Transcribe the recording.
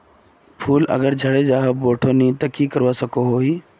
फूल अगर झरे जहा बोठो नी ते की करवा सकोहो ही?